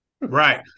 Right